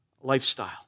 lifestyle